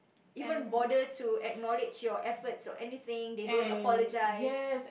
even bother to acknowledge your efforts or anything they don't apologise